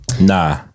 Nah